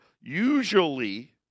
usually